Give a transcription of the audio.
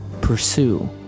pursue